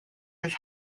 his